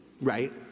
right